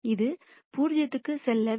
இது 0 க்கு செல்ல வேண்டும்